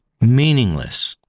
meaningless